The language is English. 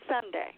Sunday